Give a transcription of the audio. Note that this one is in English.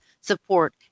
support